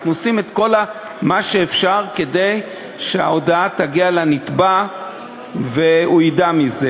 אנחנו עושים את כל מה שאפשר כדי שההודעה תגיע לנתבע והוא ידע מזה.